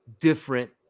different